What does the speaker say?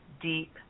deep